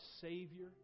savior